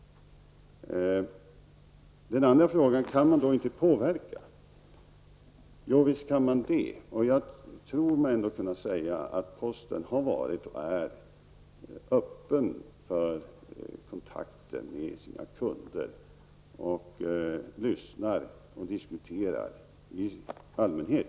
Den andra frågan var: Kan man inte påverka sådant här? Jo visst kan man det, jag tror mig trots allt kunna säga att posten i allmänhet har varit öppen för kontakter med sina kunder och lyssnar och diskuterar.